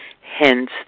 Hence